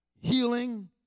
healing